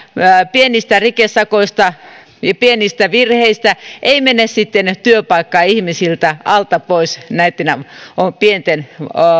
pienistä rikesakoista pienistä virheistä ei mene sitten työpaikka ihmisiltä alta pois näitten pienten